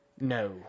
No